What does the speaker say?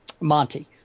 Monty